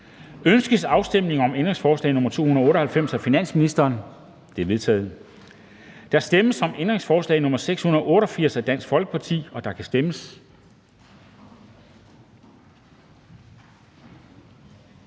Ønskes afstemning om ændringsforslag nr. 125 af finansministeren? Det er vedtaget. Der stemmes om ændringsforslag nr. 624 af NB, og der kan stemmes.